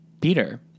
Peter